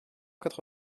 quatre